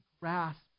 grasp